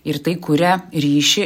ir tai kuria ryšį